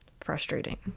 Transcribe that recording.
frustrating